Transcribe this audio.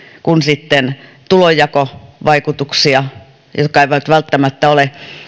kuin sitten tulonjakovaikutuksia jotka eivät välttämättä ole